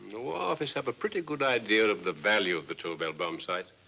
the war office have a pretty good idea of the value of the tobel bomb sight,